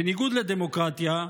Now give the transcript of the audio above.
בניגוד לדמוקרטיה,